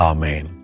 Amen